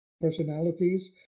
personalities